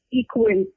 equal